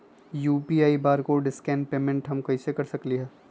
UPI barcode scan payment हम कईसे कर सकली ह?